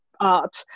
art